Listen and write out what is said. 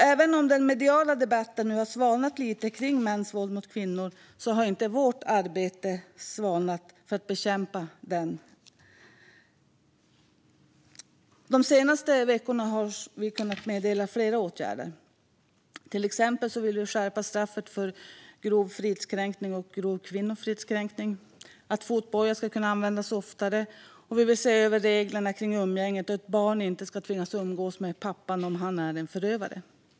Även om den mediala debatten om mäns våld mot kvinnor nu har svalnat lite har inte vårt arbete med att bekämpa den svalnat. De senaste veckorna har vi kunnat meddela flera åtgärder. Vi vill till exempel skärpa straffet för grov fridskränkning och grov kvinnofridskränkning. Fotboja ska kunna användas oftare. Vi vill också se över reglerna kring umgänge, då ett barn inte ska tvingas umgås med pappan om han är en förövare.